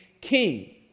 king